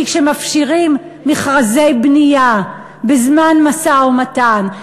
כי כשמפשירים מכרזי בנייה בזמן משא-ומתן,